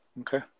Okay